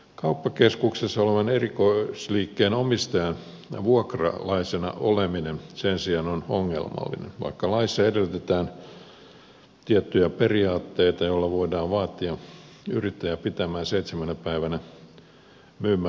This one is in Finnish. kauppakeskuksessa olevan erikoisliikkeen omistajalle vuokralaisena oleminen sen sijaan on ongelmallista vaikka laissa edellytetään tiettyjä periaatteita joilla voidaan vaatia yrittäjää pitämään seitsemänä päivänä myymälää auki